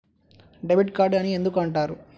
Debit card అని ఎందుకు అంటారు?